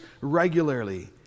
regularly